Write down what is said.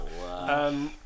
wow